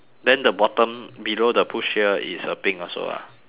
then the bottom below the push here is a pink also ah